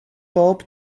bob